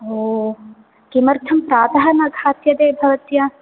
किमर्थं प्रातः न खाद्यते भवत्या